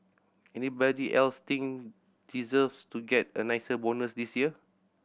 anybody else think deserves to get a nicer bonus this year